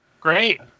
Great